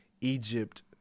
Egypt